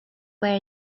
where